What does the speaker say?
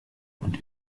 und